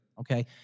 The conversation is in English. okay